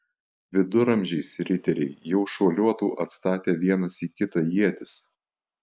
viduramžiais riteriai jau šuoliuotų atstatę vienas į kitą ietis